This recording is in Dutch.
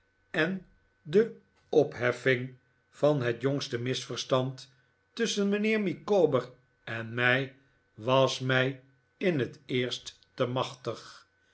micawber's de opheffing van het jongste misverstand tusscheri mijnheer micawber en mij was mij in het eerst te machtig